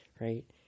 right